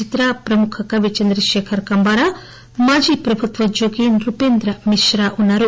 చిత్ర ప్రముఖ కవి చంద్రకేఖర్ కంబారా మాజీ ప్రభుత్వోద్యోగి న్ఫేంద్ర మిత్రా ఉన్నారు